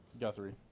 Guthrie